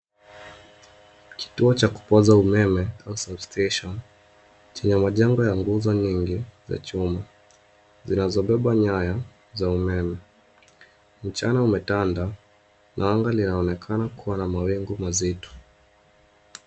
Kituo cha kupoza umeme au cs[sub-station]cs chenye majengo ya nguzo nyingi za chuma zinazobeba nyaya za umeme. Mchana umetanda na anga linaonekana kuwa na mawingu mazito.